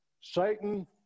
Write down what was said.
Satan